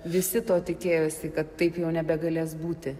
visi to tikėjosi kad taip jau nebegalės būti